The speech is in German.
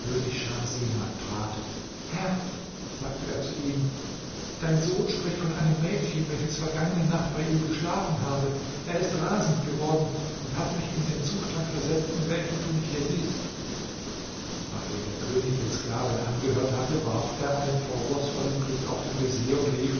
seman trat herr sagte er zu ihm dein sohn spricht von einem mädchen welches vergangene nacht bei ihm geschlafen habe er ist rasend geworden und hat mich in den zustand versetzt in welchem du mich hier siehst nachdem der könig den sklaven angehört hatte warf er einen vorwurfsvollen blick auf den vezier und rief